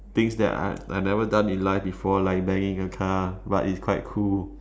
things that I I never done in life before like banging a car but is quite cool